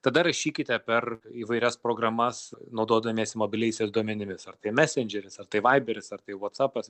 tada rašykite per įvairias programas naudodamiesi mobiliaisiais duomenimis ar tai mesendžeris ar tai vaiberis ar tai vatsapas